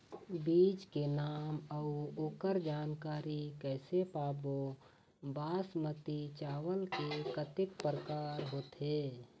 बीज के नाम अऊ ओकर जानकारी कैसे पाबो बासमती चावल के कतेक प्रकार होथे?